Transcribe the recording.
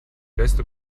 beste